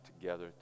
together